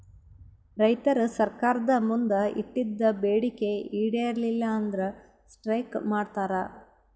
ರೈತರ್ ಸರ್ಕಾರ್ದ್ ಮುಂದ್ ಇಟ್ಟಿದ್ದ್ ಬೇಡಿಕೆ ಈಡೇರಲಿಲ್ಲ ಅಂದ್ರ ಸ್ಟ್ರೈಕ್ ಮಾಡ್ತಾರ್